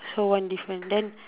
so one different then